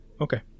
Okay